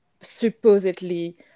supposedly